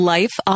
Life